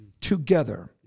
together